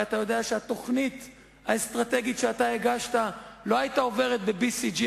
הרי אתה יודע שהתוכנית האסטרטגית שהגשת לא היתה עוברת ב-BCG,